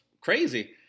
crazy